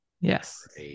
Yes